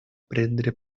prendre